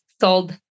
sold